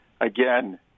again